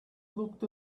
looked